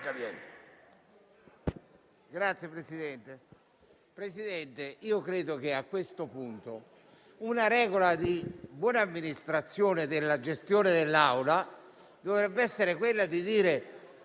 Presidente, credo che a questo punto una regola di buona amministrazione della gestione dell'Assemblea dovrebbe essere quella di dire